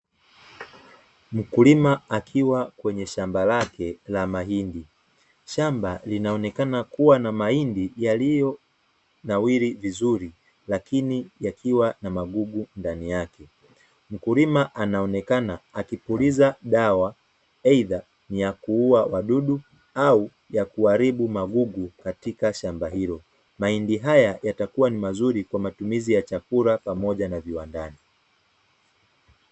Mkulima akiwa kwenye shamba lake la mahindi shamba linaonekana kuwa na mahindi yaliyonawiri vizuri lakini yakiwa na magugu ndani yake mkulima anaonekana akipuliza dawa; Aidha ni ya kuua wadudu au ya kuharibu magugu katika shamba hilo mahindi haya yatakuwa ni mazuri kwa matumizi ya chakula pamoja na viwandani.